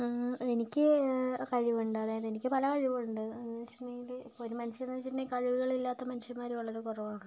എനിക്ക് കഴിവുണ്ട് അതായത് എനിക്ക് പല കഴിവുമുണ്ട് എന്ന് വെച്ചിട്ടുണ്ടെങ്കിൽ ഒരു മനുഷ്യൻ എന്ന് വെച്ചിട്ടുണ്ടെങ്കിൽ കഴിവുകൾ ഇല്ലാത്ത മനുഷ്യന്മാര് വളരെ കുറവാണ്